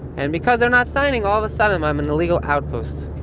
and because they're not signing, all of a sudden i'm an illegal outpost.